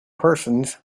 persons